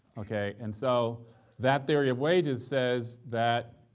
okay? and so that theory of wages says that,